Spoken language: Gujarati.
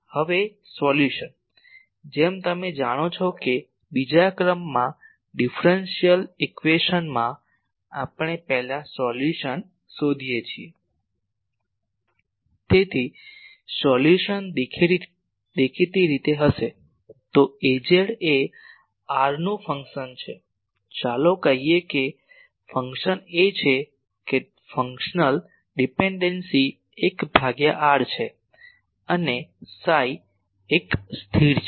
હવે સોલ્યુશન જેમ તમે જાણો છો કે બીજા ક્રમમાં ડિફરન્સલ ઇક્વેશનમાં આપણે પહેલા સોલ્યુશન શોધીએ છીએ તેથી સોલ્યુશન દેખીતી રીતે હશે તો Az એ r નું ફંક્શન છે ચાલો કહીએ કે ફંક્શન એ છે કે ફંક્શનલ ડિપેન્ડન્સી 1 ભાગ્યા r છે અને સાઈ એક સ્થિર છે